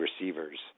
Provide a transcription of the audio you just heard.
receivers